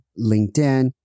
LinkedIn